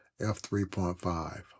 f3.5